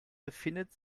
befindet